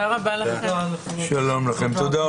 הישיבה ננעלה בשעה 15:38.